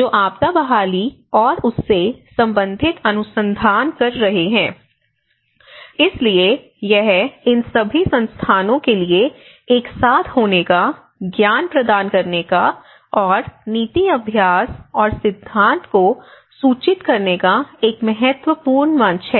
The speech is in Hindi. जो आपदा बहाली और उससे संबंधित अनुसंधान कर रहे हैं इसलिए यह इन सभी संस्थानों के लिए एक साथ होने का ज्ञान प्रदान करने का और नीति अभ्यास और सिद्धांत को सूचित करने का एक महत्वपूर्ण मंच है